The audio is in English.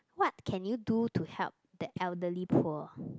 what can you do to help the elderly poor